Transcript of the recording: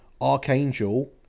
Archangel